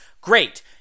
Great